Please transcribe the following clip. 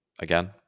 Again